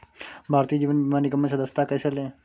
भारतीय जीवन बीमा निगम में सदस्यता कैसे लें?